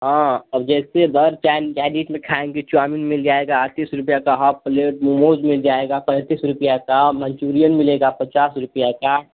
हाँ अब जैसे चायनीज़ में खाएँगी चौमीन मिल जाएगा अड़तीस रुपया का हाफ़ प्लेट मोमोज़ मिल जाएगा पैंतीस रुपया का मंचूरीयन मिलेगा पचास रुपया का